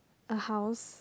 a house